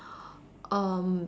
um